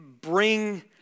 bring